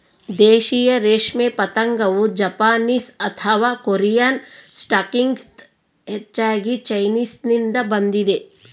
ದೇಶೀಯ ರೇಷ್ಮೆ ಪತಂಗವು ಜಪಾನೀಸ್ ಅಥವಾ ಕೊರಿಯನ್ ಸ್ಟಾಕ್ಗಿಂತ ಹೆಚ್ಚಾಗಿ ಚೈನೀಸ್ನಿಂದ ಬಂದಿದೆ